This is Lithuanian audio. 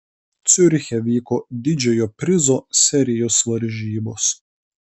ciuriche vyko didžiojo prizo serijos varžybos